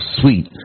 sweet